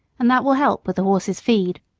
and that will help with the horses' feed.